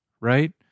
right